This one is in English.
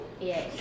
Yes